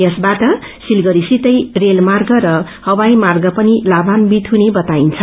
यस बाट सिलगङीसितै रेलर्माग र हवाईमाग पनि लामान्वित हुने बताइन्छ